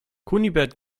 kunibert